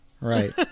right